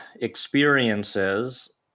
experiences